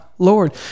Lord